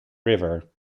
river